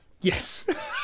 Yes